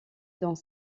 dans